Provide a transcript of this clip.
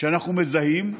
שאנחנו מזהים,